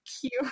cute